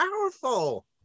powerful